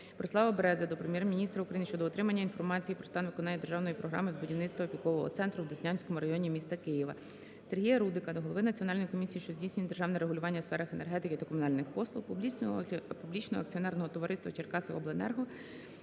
Борислава Берези до Прем'єр-міністра України щодо отримання інформації про стан виконання державної програми з будівництва опікового центру в Деснянському районі міста Києва. Сергія Рудика до голови Національної комісії, що здійснює державне регулювання у сферах енергетики та комунальних послуг, Публічного акціонерного товариства "Черкасиобленерго"